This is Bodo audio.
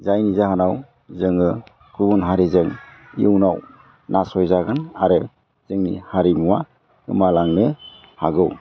जायनि जाहोनाव जोङो गुबुन हारिजों इयुनाव नासय जागोन आरो जोंनि हारिमुआ गोमालांनो हागौ